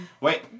Wait